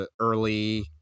early